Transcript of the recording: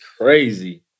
crazy